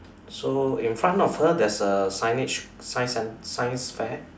so in front of her there's a signage science cen~ science fair